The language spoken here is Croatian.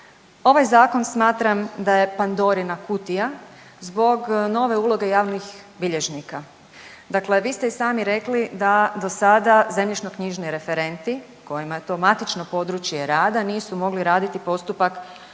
Ovaj zakon smatram da je Pandorina kutija zbog nove uloge javnih bilježnika. Dakle, vi ste i sami rekli da do sada zemljišno-knjižni referenti kojima je to matično područje rada nisu mogli raditi postupak